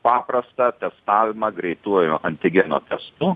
paprastą testavimą greituoju antigeno testu